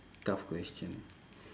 tough question